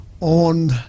on